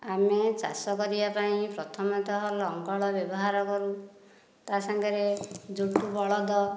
ଆମେ ଚାଷ କରିବାପାଇଁ ପ୍ରଥମେତଃ ଲଙ୍ଗଳ ବ୍ୟବହାର କରୁ ତା ସାଙ୍ଗରେ ଜୋତୁ ବଳଦ